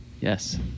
Yes